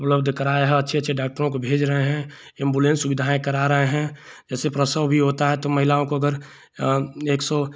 उपलब्ध कराया है अच्छे अच्छे डॉक्टरों को भेज रहे हैं एम्बुलेन्स सुविधाएँ करा रहे हैं जैसे प्रसव भी होता है तो महिलाओं को अगर एक सौ